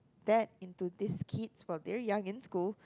that into these kids for very young in school